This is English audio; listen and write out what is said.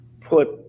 put